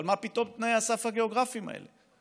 אבל מה פתאום תנאי הסף הגיאוגרפיים האלה?